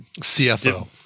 CFO